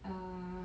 err